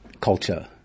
culture